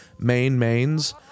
mainmains